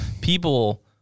People